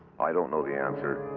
i don't know the answer.